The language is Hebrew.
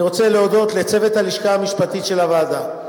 אני רוצה להודות לצוות הלשכה המשפטית של הוועדה,